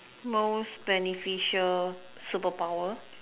most beneficial superpower